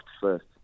first